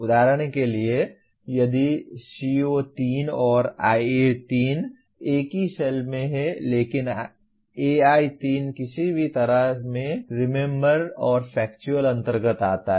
उदाहरण के लिए यदि CO3 और IA3 एक ही सेल में हैं लेकिन AI3 किसी भी तरह से रिमेंबर और फैक्टुअल अंतर्गत आता है